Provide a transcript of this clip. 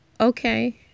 okay